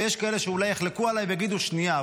ויש כאלה שאולי יחלקו עליי ויגידו שנייה.